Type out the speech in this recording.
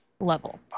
level